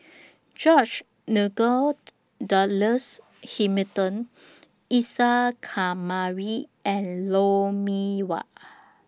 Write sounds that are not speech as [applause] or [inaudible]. George Nigel [noise] Douglas Hamilton Isa Kamari and Lou Mee Wah